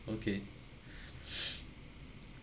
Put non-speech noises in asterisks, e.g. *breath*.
okay *breath*